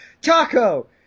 Taco